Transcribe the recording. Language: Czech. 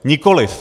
Nikoliv!